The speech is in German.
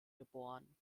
geboren